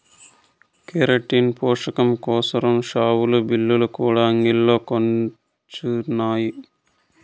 keratin పోసకం కోసరం షావులు, బిల్లులు కూడా అంగిల్లో కొచ్చినాయి